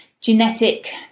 genetic